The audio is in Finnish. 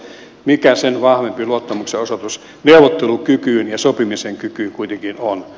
mikä sen vahvempi luottamuksenosoitus neuvottelukykyyn ja sopimisen kykyyn kuitenkin on